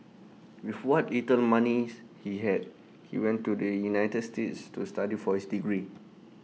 with what little money he had he went to the united states to study for his degree